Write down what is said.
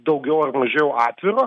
daugiau ar mažiau atviro